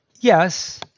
Yes